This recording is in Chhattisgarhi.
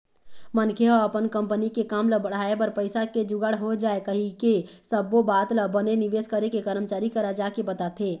मनखे ह अपन कंपनी के काम ल बढ़ाय बर पइसा के जुगाड़ हो जाय कहिके सब्बो बात ल बने निवेश बेंक के करमचारी करा जाके बताथे